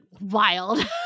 wild